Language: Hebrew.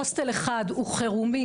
הוסטל אחד הוא חירומי,